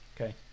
Okay